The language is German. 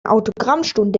autogrammstunde